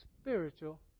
spiritual